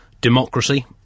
democracy